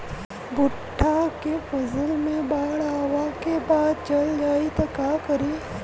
भुट्टा के फसल मे बाढ़ आवा के बाद चल जाई त का करी?